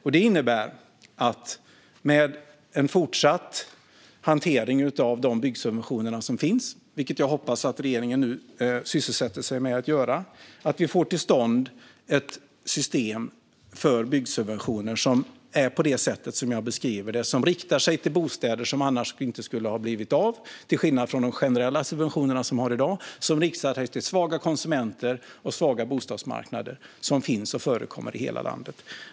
Detta innebär att vi med fortsatt hantering av de byggsubventioner som finns, vilket jag hoppas att regeringen nu sysselsätter sig med, får till stånd ett system för byggsubventioner som fungerar på det sätt som jag beskriver. Det är riktat till bostadsbyggande som annars inte skulle ha blivit av, till skillnad från de generella subventioner vi har i dag som är riktade till svaga konsumenter och svaga bostadsmarknader som finns och förekommer i hela landet.